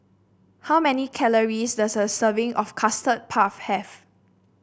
how many calories does a serving of Custard Puff have